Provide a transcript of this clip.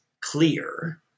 clear